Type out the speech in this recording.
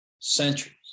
centuries